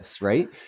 right